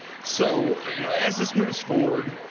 so you know as this moves forward,